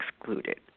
excluded